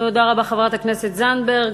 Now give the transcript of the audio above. תודה רבה, חברת הכנסת זנדברג.